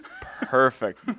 Perfect